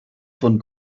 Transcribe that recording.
von